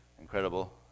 Incredible